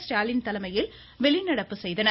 ஸ்டாலின் தலைமையில் வெளிநடப்பு செய்தனர்